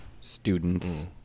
students